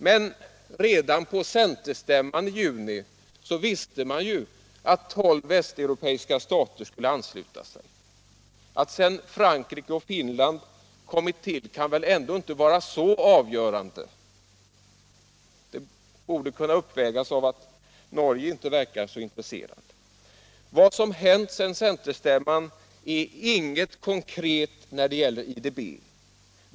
Men redan på centerstämman i juni visste man ju att tolv västeuropeiska stater skulle ansluta sig. Att sedan Frankrike och Finland kommit till kan väl ändå inte vara så avgörande. Det borde kunna uppvägas av att Norge inte verkar så intresserat. Sedan centerstämman har det inte hänt något konkret när det gäller IDB.